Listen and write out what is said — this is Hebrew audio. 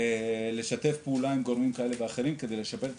לשתף פעולה עם גורמים שונים כדי לשפר את